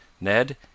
Ned